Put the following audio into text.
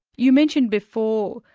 you mentioned before,